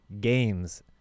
games